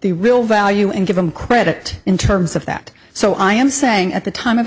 the real value and give him credit in terms of that so i am saying at the time of